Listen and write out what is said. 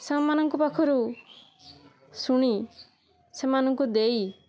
ସେମାନଙ୍କ ପାଖରୁ ଶୁଣି ସେମାନଙ୍କୁ ଦେଇ